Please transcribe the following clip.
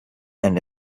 and